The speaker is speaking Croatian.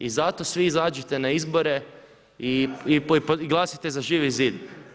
I zato svi izađite na izbore i glasajte za Živi zid.